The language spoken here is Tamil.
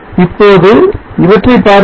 இப்போது இவற்றை பாருங்கள்